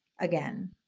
again